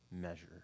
measure